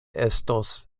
estos